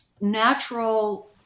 natural